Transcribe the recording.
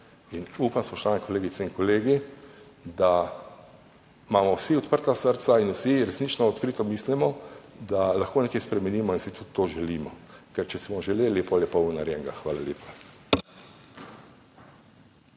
Upam, spoštovane kolegice in kolegi, da imamo vsi odprta srca in vsi resnično, odkrito mislimo, da lahko nekaj spremenimo, in si tudi to želimo. Ker če si bomo želeli, potem je pol narejenega. Hvala lepa.